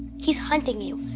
he's hunting you.